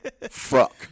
Fuck